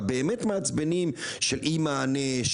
באמת המעצבנים של אי מענה,